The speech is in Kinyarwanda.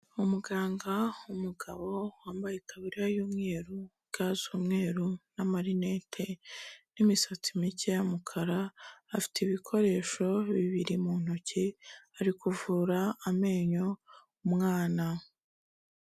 Umuganga w'umugabo wambaye itaburiya y'umweru, ga z'umweru, n'amarinete n'imisatsi mike y'umukara, afite ibikoresho bibiri mu ntoki, ari kuvura amenyo umwana.